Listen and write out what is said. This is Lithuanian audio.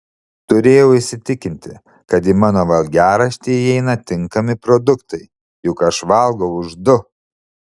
turėjau įsitikinti kad į mano valgiaraštį įeina tinkami produktai juk aš valgau už du